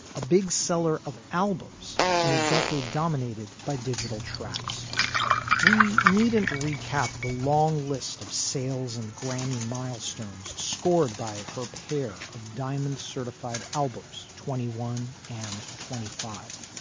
a big seller of albums in a decade dominated by digital tracks we needn't recap the long list of sales and grammy milestones scored by her pair of diamond certified albums twenty one and twenty five.